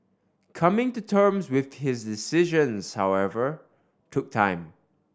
coming to terms with his decisions however took time